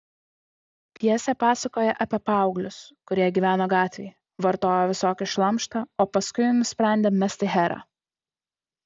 pjesė pasakoja apie paauglius kurie gyveno gatvėj vartojo visokį šlamštą o paskui nusprendė mesti herą